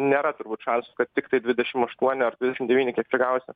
nėra turbūt šansų kad tiktai dvidešim aštuoni ar dvidešim devyni kiek čia gavosi